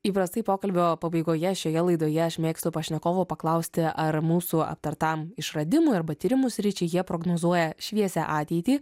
įprastai pokalbio pabaigoje šioje laidoje aš mėgstu pašnekovo paklausti ar mūsų aptartam išradimui arba tyrimų sričiai jie prognozuoja šviesią ateitį